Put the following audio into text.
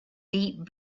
deep